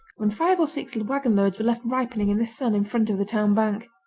when five or six wagonloads were left ripening in the sun in front of the town bank.